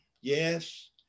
yes